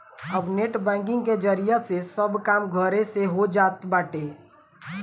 अब net banking के जरिया से सब काम घरे से हो जात बाटे